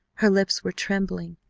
her lips were trembling.